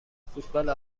فوتبال